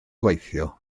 gweithio